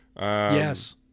Yes